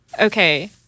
Okay